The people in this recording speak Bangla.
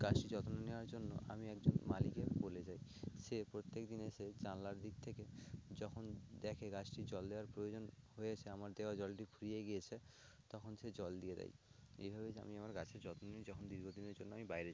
গাছটির যত্ন নেওয়ার জন্য আমি একজন মালীকে বলে যাই সে প্রত্যেক দিন এসে জানালার দিক থেকে যখন দেখে গাছটি জল দেওয়ার প্রয়োজন হয়েছে আমার দেওয়া জলটি ফুরিয়ে গিয়েছে তখন সে জল দিয়ে দেয় এইভাবে যে আমি আমার গাছের যত্ন নিই যখন দীর্ঘ দিনের জন্য আমি বাইরে